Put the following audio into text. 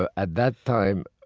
ah at that time,